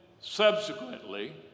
subsequently